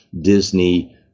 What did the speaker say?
Disney